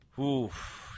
Oof